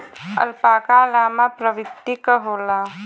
alpaca llama प्रवृत्ति क होला